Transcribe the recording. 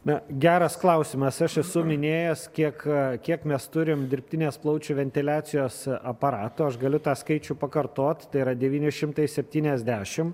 na geras klausimas aš esu minėjęs kiek kiek mes turim dirbtinės plaučių ventiliacijos aparatų aš galiu tą skaičių pakartot tai yra devyni šimtai septyniasdešimt